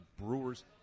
Brewers